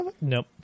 Nope